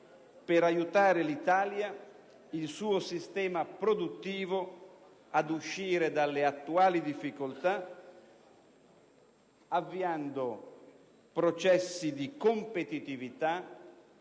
per aiutare il Paese e il sistema produttivo ad uscire dalle attuali difficoltà, avviando processi di competitività,